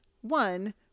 One